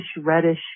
reddish